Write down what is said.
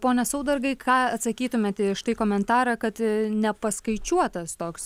pone saudargai ką atsakytumėt į štai komentarą kad nepaskaičiuotas toks